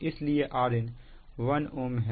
इसलिए Rn 1 Ω है